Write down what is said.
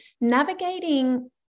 navigating